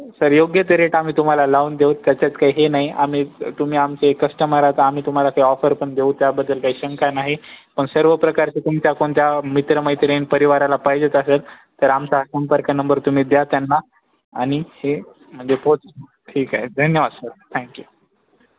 sir योग्य ते rate आम्ही तुम्हाला लावून देऊ त्याच्यात काही हे नाही आम्ही तुम्हीही आमचे कस्टमर आता आम्ही तुम्हाला काही ऑफरपण देऊ त्याबद्दल काही शंका नाही पण सर्व प्रकारचे तुमच्या कोणत्या मित्रमैत्रीण परिवाराला पाहिजे असेल तर आमचा हा संपर्क नंबर तुम्ही द्या त्यांना आणि हे म्हणजे पोच ठीक आहे धन्यवाद सर थँक्यू